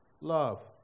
love